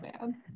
man